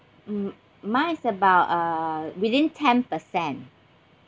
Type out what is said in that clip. mm mine's about uh within ten percent